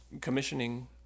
commissioning